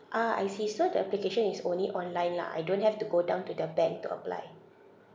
ah I see so the application is only online lah I don't have to go down to the bank to apply